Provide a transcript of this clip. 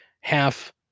half